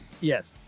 Yes